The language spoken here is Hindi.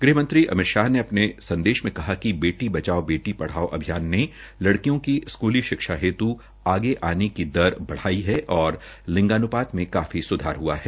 ग़हमंत्री अमित शाह ने अपने संदेश में कहा कि बेटी बचाओं बेटी पढ़ाओ अभियान ने लड़कियों की स्कूली शिक्षा हेत् आगे आने की दर बढ़ाई है और लिंगान्पात में काफी सुधार हुआ है